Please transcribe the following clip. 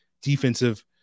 defensive